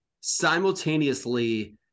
simultaneously